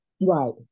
Right